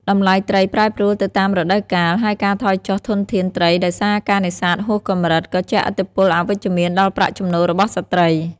តម្លៃត្រីប្រែប្រួលទៅតាមរដូវកាល ហើយការថយចុះធនធានត្រីដោយសារការនេសាទហួសកម្រិត ក៏ជះឥទ្ធិពលអវិជ្ជមានដល់ប្រាក់ចំណូលរបស់ស្ត្រី។